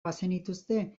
bazenituzte